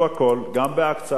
גם בהקצאה תקציבית,